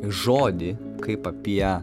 žodį kaip apie